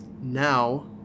now